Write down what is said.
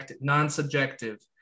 non-subjective